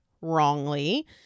wrongly